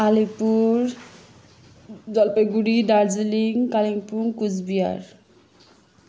Alipur Jalpaiguri Darjeeling Kalimpong Cooch Bihar